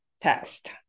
test